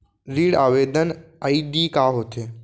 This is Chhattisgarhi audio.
ऋण आवेदन आई.डी का होत हे?